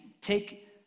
take